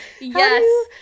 yes